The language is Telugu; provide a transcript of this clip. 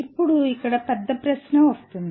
ఇప్పుడు ఇక్కడ పెద్ద ప్రశ్న వస్తుంది